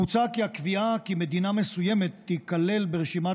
מוצע כי הקביעה כי מדינה מסוימת תיכלל ברשימת